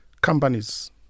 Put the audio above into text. companies